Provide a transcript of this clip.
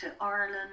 Ireland